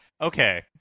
Okay